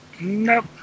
Nope